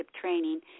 training